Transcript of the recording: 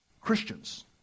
Christians